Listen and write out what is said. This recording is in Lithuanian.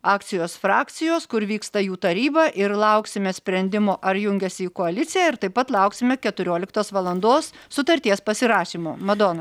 akcijos frakcijos kur vyksta jų taryba ir lauksime sprendimo ar jungiasi į koaliciją ir taip pat lauksime keturioliktos valandos sutarties pasirašymo madona